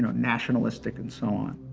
nationalistic and so on,